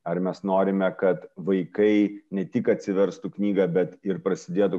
ar mes norime kad vaikai ne tik atsiverstų knygą bet ir prasidėtų